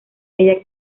ella